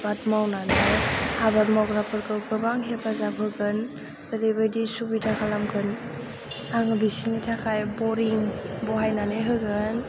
आबाद मावनानै आबाद मावग्राफोरखौ गोबां हेफाजाब होगोन ओरैबायदि सुबिदा खालामगोन आङो बिसोरनि थाखाय बरिं बहायनानै होगोन